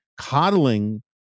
coddling